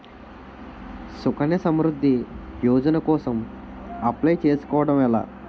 సుకన్య సమృద్ధి యోజన కోసం అప్లయ్ చేసుకోవడం ఎలా?